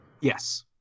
Yes